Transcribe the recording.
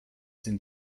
den